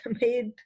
made